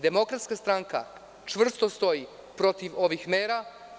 Demokratska stranka čvrsto stoji protiv ovih mera.